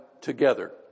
together